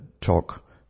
talk